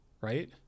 right